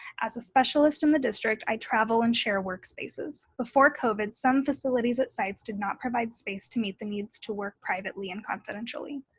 as a specialist in the district, i travel and share workspaces. before covid, some facilities at sites did not provide space to meet the needs to work privately and confidentially.